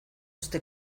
este